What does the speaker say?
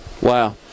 Wow